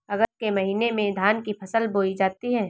अगस्त के महीने में धान की फसल बोई जाती हैं